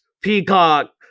Peacock